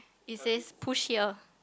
it says push here